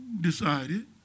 decided